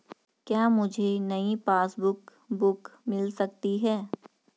क्या मुझे नयी पासबुक बुक मिल सकती है?